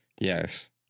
Yes